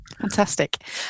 Fantastic